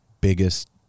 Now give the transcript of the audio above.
biggest